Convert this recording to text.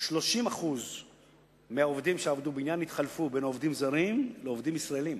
30% מהעובדים שעבדו בבניין התחלפו מעובדים זרים לעובדים ישראלים,